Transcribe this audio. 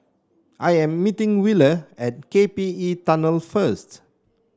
I am meeting Willa at K P E Tunnel first